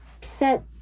set